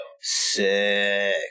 Sick